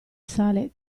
sale